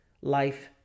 life